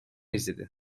izledi